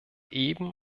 eben